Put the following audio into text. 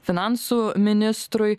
finansų ministrui